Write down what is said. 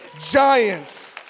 giants